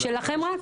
שלכם רק?